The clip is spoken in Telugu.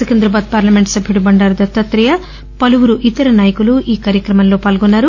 సికింద్రాబాద్ పార్లమెంట్ సభ్యుడు బండారు దత్తాత్రేయ పలువురు ఇతర నాయకులు ఈ కార్యక్రమంలో పాల్గొన్నారు